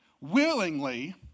willingly